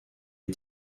est